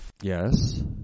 Yes